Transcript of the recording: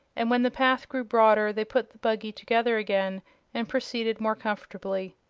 and when the path grew broader they put the buggy together again and proceeded more comfortably.